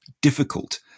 difficult